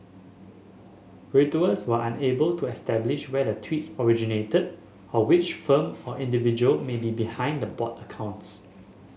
Reuters was unable to establish where the tweets originated or which firm or individual may be behind the bot accounts